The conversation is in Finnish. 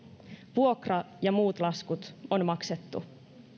vuokra ja muut laskut on maksettu